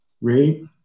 Read